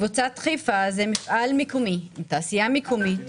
קבוצת חיפה זה תעשייה מקומית,